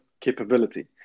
capability